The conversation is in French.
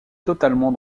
totalement